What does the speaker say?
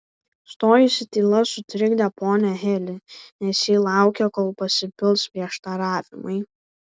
stojusi tyla sutrikdė ponią heli nes ji laukė kol pasipils prieštaravimai